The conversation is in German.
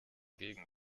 gegen